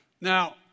Now